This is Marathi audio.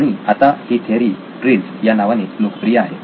आणि आता ही थेअरी ट्रीझ या नावाने लोकप्रिय आहे